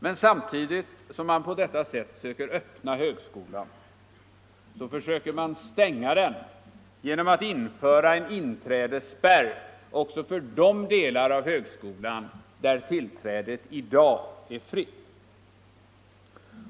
Men samtidigt som man på detta sätt söker öppna högskolan, så försöker man stänga den genom att införa en inträdesspärr också för de delar av högskolan där tillträdet i dag är fritt.